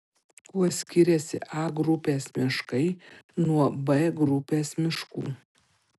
kuo skiriasi a grupės miškai nuo b grupės miškų